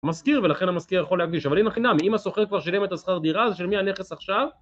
המזכיר ולכן המזכיר יכול להגיש, אבל הנה חינם, אם הסוחר כבר שלם את הזכר דירה, זה של מי הנכס עכשיו?